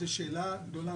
זאת שאלה גדולה,